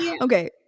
Okay